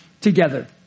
together